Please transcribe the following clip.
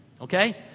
okay